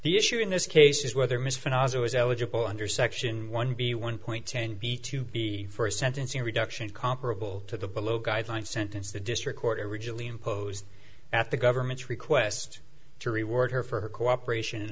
the issue in this case is whether ms for under section one b one point ten b to be for sentencing reduction comparable to the below guideline sentence the district court originally imposed at the government's request to reward her for her cooperation and